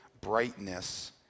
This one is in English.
brightness